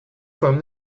from